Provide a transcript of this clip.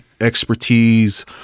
expertise